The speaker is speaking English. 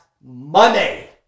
money